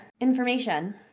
information